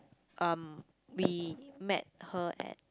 um we met her at